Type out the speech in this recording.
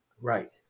Right